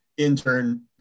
Intern